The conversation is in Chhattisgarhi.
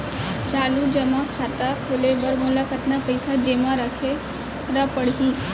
चालू जेमा खाता खोले बर मोला कतना पइसा जेमा रखे रहे बर पड़ही?